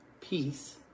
peace